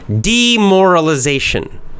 Demoralization